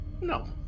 No